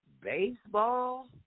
baseball